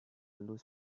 lose